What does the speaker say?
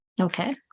Okay